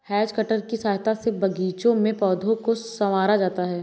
has cutter की सहायता से बागीचों में पौधों को सँवारा जाता है